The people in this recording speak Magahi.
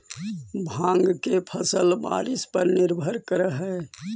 भाँग के फसल बारिश पर निर्भर करऽ हइ